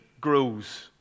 grows